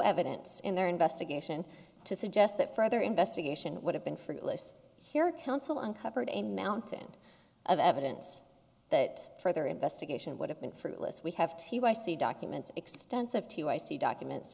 evidence in their investigation to suggest that further investigation would have been fruitless counsel uncovered a mountain of evidence that further investigation would have been fruitless we have t y c documents extensive to i c documents